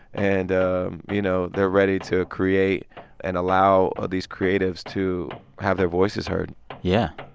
and you know, they're ready to create and allow ah these creatives to have their voices heard yeah.